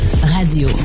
radio